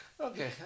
Okay